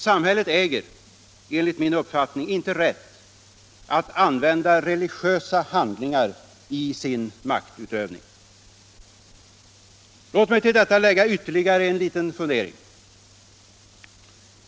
Samhället äger enligt min uppfattning inte rätt att använda religiösa handlingar i sin maktutövning. Låt mig till detta lägga ytterligare en liten fundering.